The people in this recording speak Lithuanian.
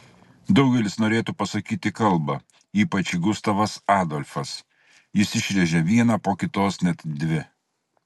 daugelis norėtų pasakyti kalbą ypač gustavas adolfas jis išrėžia vieną po kitos net dvi